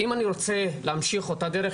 אם אני רוצה להמשיך אותה דרך